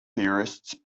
theorists